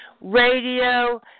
Radio